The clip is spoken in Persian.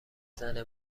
زنه